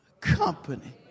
company